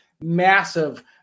massive